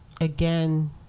again